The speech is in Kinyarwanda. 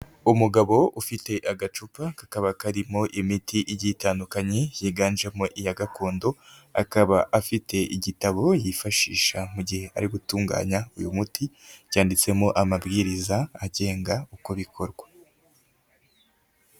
Umugabo ufite agacupa kakaba karimo imiti igiye itandukanye yiganjemo iya gakondo, akaba afite igitabo yifashisha mu gihe ari gutunganya uyu muti, cyanditsemo amabwiriza agenga uko bikorwa.